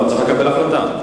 לא, צריך לקבל החלטה.